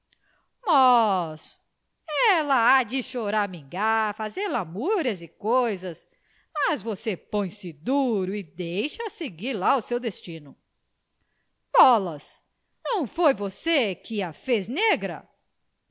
há de choramingar fazer lamúrias e coisas mas você põe-se duro e deixe-a seguir lá o seu destino bolas não foi você que a fez negra